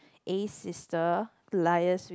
A's sister liaise with